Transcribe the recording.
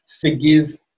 forgive